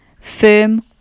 firm